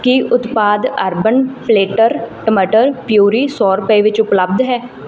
ਕੀ ਉਤਪਾਦ urban platter ਟਮਾਟਰ puree ਸੌ ਰੁਪਏ ਵਿੱਚ ਉਪਲੱਬਧ ਹੈ